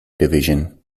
division